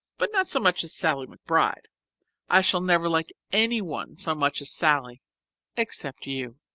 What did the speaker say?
but not so much as sallie mcbride i shall never like any one so much as sallie except you.